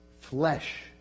flesh